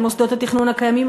למוסדות התכנון הקיימים,